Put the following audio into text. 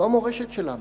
זו המורשת שלנו.